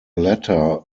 latter